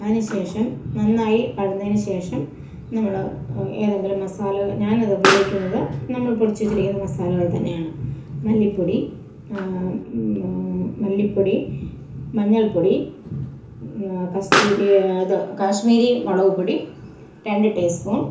അതിന്ശേഷം നന്നായി വഴന്നതിന് ശേഷം നമ്മൾ ഏതെങ്കിലും മസാല ഞാനിത് ഉപയോഗിക്കുന്നത് നമ്മൾ പൊടിച്ച് വച്ചിരിക്കുന്ന മസാലകൾ തന്നെയാണ് മല്ലിപ്പൊടി മല്ലിപ്പൊടി മഞ്ഞൾപൊടി കസ്തൂരി അത് കാശ്മീരി മുളക്പൊടി രണ്ട് ടീസ്പൂൺ